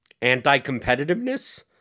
anti-competitiveness